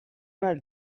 mal